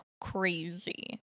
crazy